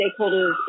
stakeholders